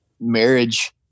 marriage